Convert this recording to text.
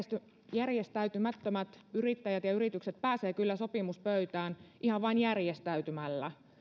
järjestäytymättömät yrittäjät ja yritykset pääsevät kyllä sopimuspöytään ihan vain järjestäytymällä